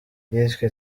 yiswe